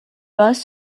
bus